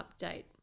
update